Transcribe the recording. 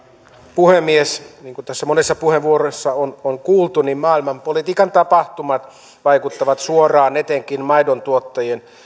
puhemies niin kuin monissa puheenvuoroissa on on kuultu maailmanpolitiikan tapahtumat vaikuttavat suoraan etenkin maidontuottajien